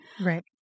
Right